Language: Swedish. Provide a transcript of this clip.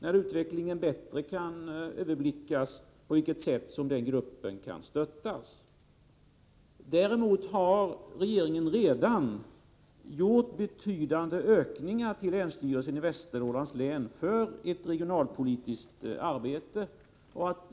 När utvecklingen bättre kan överblickas, kan jag avgöra på vilket sätt den gruppen kan stöttas. Däremot har regeringen redan givit ett betydande stöd till länsstyrelsen i Västernorrlands län för ett regionalpolitiskt arbete.